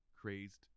crazed